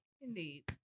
Indeed